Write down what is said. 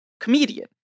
comedian